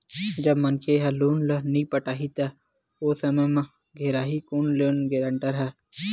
जब मनखे ह लोन ल नइ पटाही त ओ समे म घेराही कोन लोन गारेंटर ह